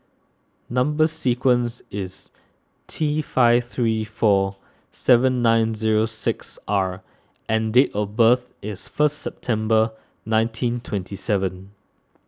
Number Sequence is T five three four seven nine zero six R and date of birth is first September nineteen twenty seven